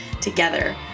together